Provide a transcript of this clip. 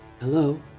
hello